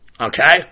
okay